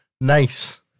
Nice